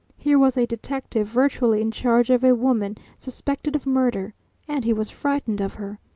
here was a detective virtually in charge of a woman suspected of murder and he was frightened of her!